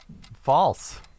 false